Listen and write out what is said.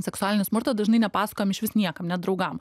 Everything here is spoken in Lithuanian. seksualinį smurtą dažnai nepasakojam išvis niekam net nedraugam